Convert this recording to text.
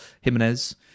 Jimenez